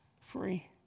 free